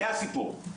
זה הסיפור,